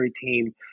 team